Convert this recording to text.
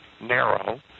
narrow